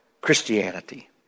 Christianity